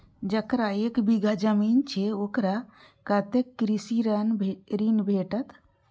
जकरा एक बिघा जमीन छै औकरा कतेक कृषि ऋण भेटत?